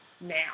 now